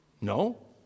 No